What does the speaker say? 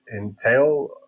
entail